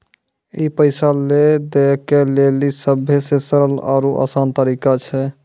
ई पैसा लै दै के लेली सभ्भे से सरल आरु असान तरिका छै